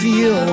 Feel